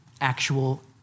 actual